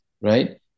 right